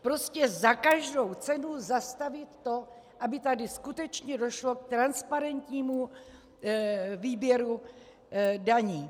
Prostě za každou cenu zastavit to, aby tady skutečně došlo k transparentnímu výběru daní.